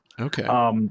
Okay